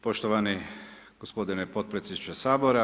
Poštovani gospodine potpredsjedniče Sabora.